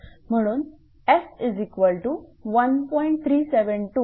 म्हणून F1